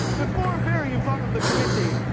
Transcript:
before appearing in front of the committee,